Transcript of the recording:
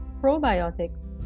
probiotics